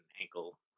ankle